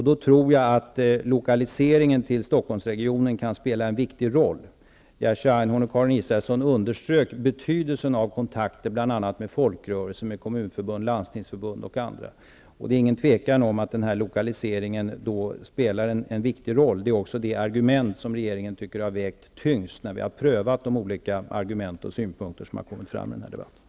Då kan lokaliseringen till Stockholmsregionen spela en viktig roll. Jerzy Einhorn och Karin Iraelsson underströk betydelsen av kontakter med bl.a. folkrörelser, Det råder inga tvivel om att lokaliseringen då spelar en viktig roll. Detta är också det argument som regeringen anser har vägt tyngst, när vi har prövat de olika argument och synpunkter som har kommit fram under den här debatten.